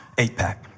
eight pack.